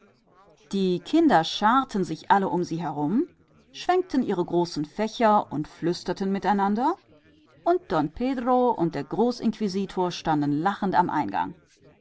die kinder verteilten sich ringsumher bewegten ihre großen fächer und flüsterten miteinander und don pedro und der großinquisitor standen lachend am eingang